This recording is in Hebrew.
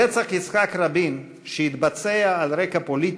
רצח יצחק רבין, שהתבצע על רקע פוליטי,